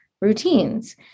routines